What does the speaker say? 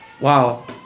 wow